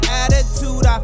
attitude